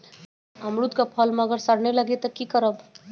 अमरुद क फल म अगर सरने लगे तब की करब?